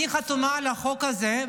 אני חתומה על החוק הזה,